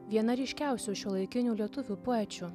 viena ryškiausių šiuolaikinių lietuvių poečių